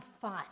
fun